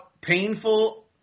painful